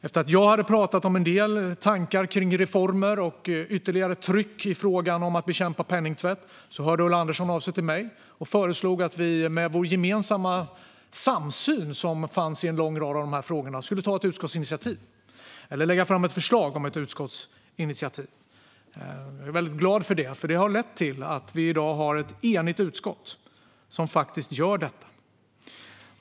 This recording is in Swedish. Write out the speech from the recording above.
Efter att jag hade pratat om en del tankar kring reformer och ytterligare tryck i fråga om att bekämpa penningtvätt hörde Ulla Andersson av sig till mig och föreslog att vi med vår gemensamma syn på en rad av dessa frågor skulle lägga fram ett förslag om ett utskottsinitiativ. Jag är glad för det, för det har lett till att vi i dag har ett enigt utskott som faktiskt gör detta.